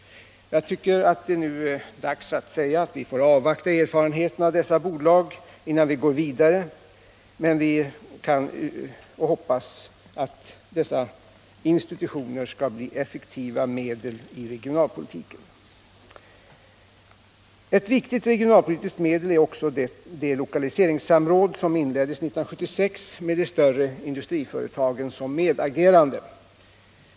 Jag tycker att det nu är dags att säga att vi får avvakta erfarenheterna av dessa bolag innan vi går vidare. Men vi hoppas att dessa institutioner skall bli effektiva medel i regionalpolitiken. Ett viktigt regionalpolitiskt medel är också de lokaliseringssamråd som inleddes 1976 med de större industriföretagen som medagerande.